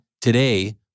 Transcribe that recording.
today